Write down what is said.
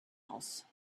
else